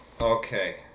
Okay